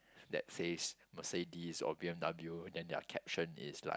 that say's Mercedes or b_m_w then their caption is like